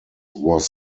was